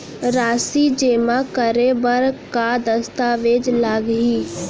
राशि जेमा करे बर का दस्तावेज लागही?